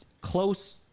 close